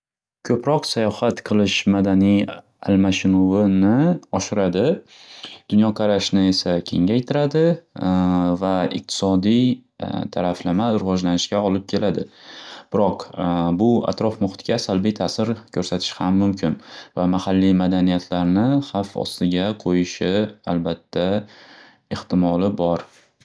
Ko'proq sayohat qilish madaniy almashinuvi-ni oshiradi, dunyoqarashni esa kengaytiradi va iqtisodiy taraflama rivojlanishga olib keladi. Biroq bu atrof muhitga salbiy ta'sir ko'rsatishi ham mumkin va mahalliy madaniyatlarni xavf ostiga qo'yishi albatta ehtimoli bor.